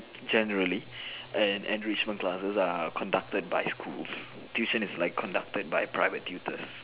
generally and enrichment classes are conducted by school tuition is like conducted by private tutors